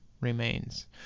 remains